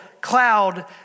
cloud